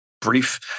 brief